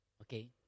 Okay